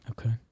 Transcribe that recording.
Okay